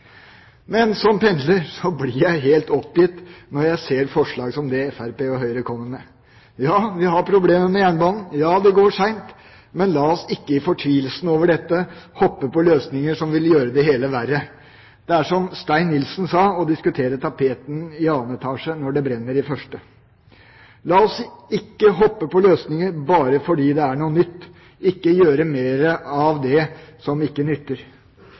Men som pendler blir jeg helt oppgitt når jeg ser forslag som det Fremskrittspartiet og Høyre kommer med. Ja, vi har problemer med jernbanen – det går seint – men la oss ikke i fortvilelsen over dette hoppe på løsninger som vil gjøre det hele verre. Det er som Stein Nilsen sa, å diskutere tapetet i 2. etasje når det brenner i 1. etasje. La oss ikke hoppe på løsninger bare fordi det er noe nytt. Vi må ikke gjøre mer av det som ikke nytter,